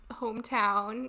hometown